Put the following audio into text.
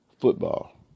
football